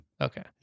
Okay